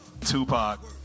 tupac